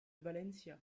valencia